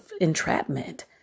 entrapment